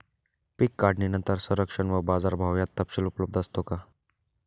पीक काढणीनंतर संरक्षण व बाजारभाव याचा तपशील उपलब्ध असतो का?